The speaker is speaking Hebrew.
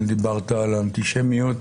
דיברת על אנטישמיות